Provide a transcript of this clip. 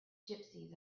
gypsies